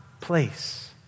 place